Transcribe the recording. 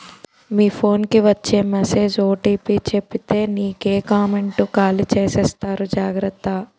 మీ phone కి వచ్చే message OTP చెప్పితే నీకే కామెంటు ఖాళీ చేసేస్తారు జాగ్రత్త